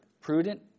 prudent